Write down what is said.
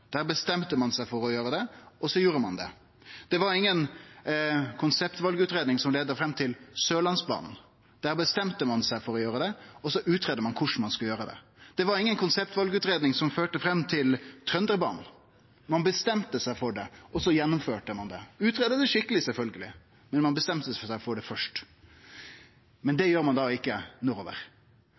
Der bestemte ein seg for å gjere det, og så gjorde ein det. Det var inga konseptvalutgreiing som leidde fram til Sørlandsbanen. Der bestemte ein seg for å gjere det, og så utgreidde ein korleis ein skulle gjere det. Det var inga konseptvalutgreiing som førte fram til Trønderbanen. Ein bestemte seg for det, og så gjennomførte ein det. Ein utgreidde det skikkeleg, sjølvsagt, men ein bestemte seg for det først. Men det gjer ein ikkje